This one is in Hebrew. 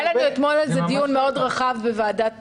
היה לנו אתמול דיון רחב בנושא בוועדת